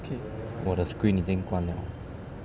我的 screen 已经关了